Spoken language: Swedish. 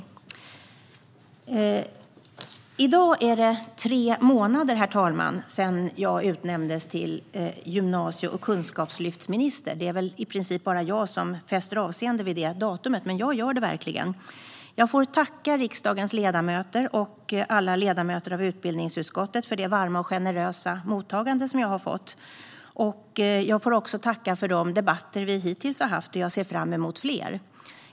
Herr talman! I dag är det tre månader sedan jag utnämndes till gymnasie och kunskapslyftsminister. Det är väl bara jag som fäster avseende vid detta datum, men jag gör det verkligen. Jag får tacka riksdagens ledamöter inklusive alla ledamöter i utbildningsutskottet för det varma och generösa mottagande jag har fått. Jag tackar också för de debatter vi hittills har haft och ser fram emot fler.